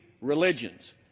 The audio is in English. religions